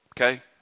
okay